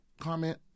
comment